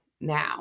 now